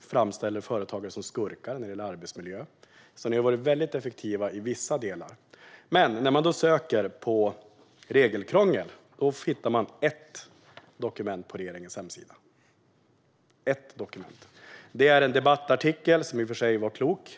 framställer företagen som skurkar när det gäller arbetsmiljö. Ni har alltså varit mycket effektiva i vissa delar. När man söker på regelkrångel på regeringens hemsida hittar man ett dokument. Det är en debattartikel, som i och för sig var klok.